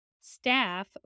Staff